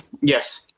Yes